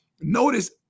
notice